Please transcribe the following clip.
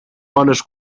bones